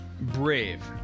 Brave